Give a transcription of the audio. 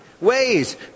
ways